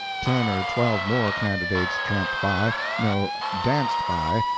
ten or twelve more candidates tramped by no, danced by,